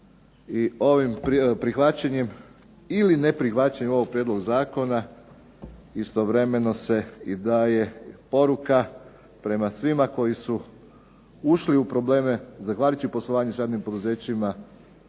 I ovim prihvaćenjem ili neprihvaćanjem ovog prijedloga zakona istovremeno se i daje poruka prema svima koji su ušli u probleme zahvaljujući poslovanju s javnim poduzećima,